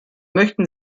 möchten